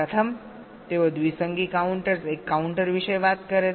પ્રથમ તેઓ દ્વિસંગી કાઉન્ટર્સ એક કાઉન્ટર વિશે વાત કરે છે